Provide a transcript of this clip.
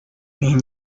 mean